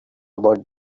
about